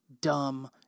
dumb